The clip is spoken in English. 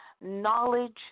knowledge